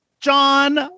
John